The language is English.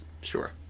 Sure